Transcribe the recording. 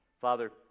father